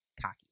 cocky